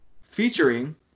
Featuring